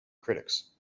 critics